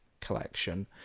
collection